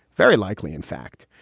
very likely, in fact.